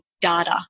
data